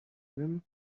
him